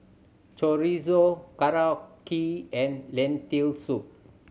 Chorizo Korokke and Lentil Soup